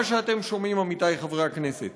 מה שאתם שומעים, עמיתי חברי הכנסת: